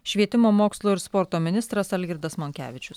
švietimo mokslo ir sporto ministras algirdas monkevičius